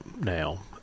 now